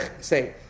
say